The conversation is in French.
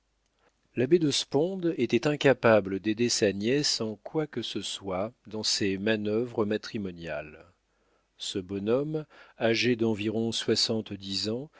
l'abbé de sponde était incapable d'aider sa nièce en quoi que ce soit dans ses manœuvres matrimoniales ce bonhomme âgé d'environ soixante-dix ans